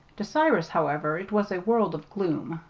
to cyrus, however, it was a world of gloom.